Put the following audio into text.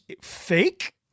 fake